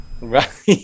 Right